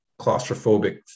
claustrophobic